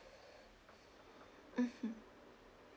mmhmm